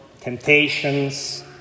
temptations